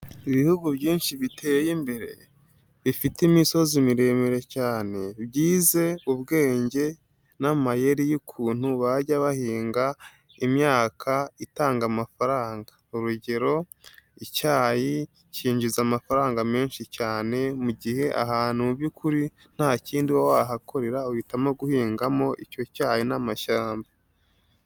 Ibihugu byinshi biteye imbere bifite imisozi miremire cyane, byize ubwenge n'amayeri y'ukuntu bajya bahinga imyaka itanga amafaranga, urugero icyayi cyinjiza amafaranga menshi cyane mu gihe ahantu mu by'ukuri nta kindi wahakorera uhitamo guhingamo icyo cyayi n'amashyamba.